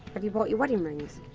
have you bought your wedding rings?